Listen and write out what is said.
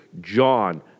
John